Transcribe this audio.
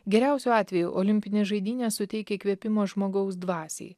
geriausiu atveju olimpinės žaidynės suteikia įkvėpimo žmogaus dvasiai